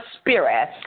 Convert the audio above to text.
spirit